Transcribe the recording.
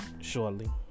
shortly